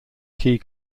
key